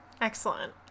Excellent